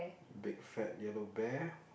big fat yellow bear